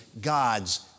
God's